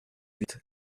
huit